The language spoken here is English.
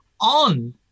on